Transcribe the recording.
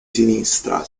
sinistra